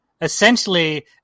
essentially